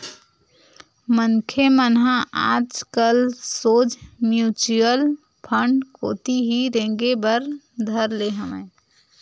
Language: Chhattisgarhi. मनखे मन ह आजकल सोझ म्युचुअल फंड कोती ही रेंगे बर धर ले हवय